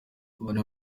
bane